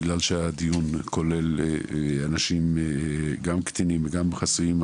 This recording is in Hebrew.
כיוון שהדיון כולל גם קטינים וגם חסויים,